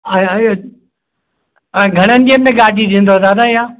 ऐं घणनि ॾींहंनि में गाॾी ॾींदो दादा इहा